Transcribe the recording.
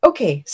Okay